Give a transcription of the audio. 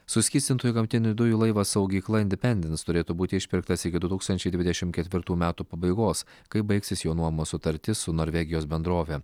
suskystintųjų gamtinių dujų laivas saugykla indipendens turėtų būti išpirktas iki du tūkstančiai dvidešim ketvirtų metų pabaigos kai baigsis jo nuomos sutartis su norvegijos bendrove